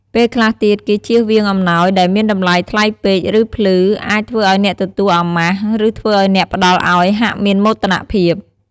ពេលខ្លះទៀតគេជៀសវាងអំណោយដែលមានតម្លៃថ្លៃពេក ឬភ្លឺអាចធ្វើឲ្យអ្នកទទួលអាម៉ាស់ ឬធ្វើឲ្យអ្នកផ្តល់ឲ្យហាក់មានមោទនភាព។